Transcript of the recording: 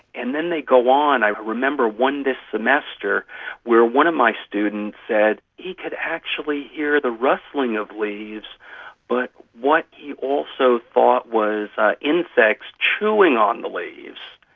and then they go on, i remember one this semester where one of my students said he could actually hear the rustling of leaves but what he also thought was ah insects chewing on the leaves.